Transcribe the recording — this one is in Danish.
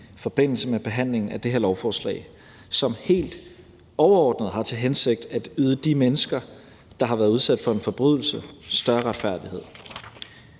i forbindelse med behandlingen af det her lovforslag, som helt overordnet har til hensigt at yde de mennesker, der har været udsat for en forbrydelse, større retfærdighed.